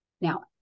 Now